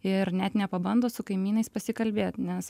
ir net nepabando su kaimynais pasikalbėt nes